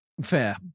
Fair